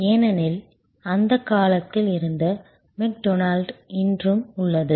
ஏனெனில் அந்த காலத்தில் இருந்த மெக்டொனால்டு இன்றும் உள்ளது